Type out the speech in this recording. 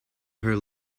her